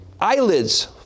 eyelids